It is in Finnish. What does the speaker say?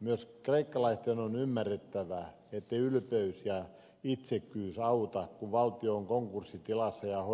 myös kreikkalaisten on ymmärrettävä ettei ylpeys ja itsekkyys auta kun valtio on konkurssitilassa ja